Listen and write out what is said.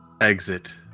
exit